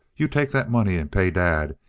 you take that money and pay dad,